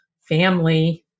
family